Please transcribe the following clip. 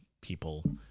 people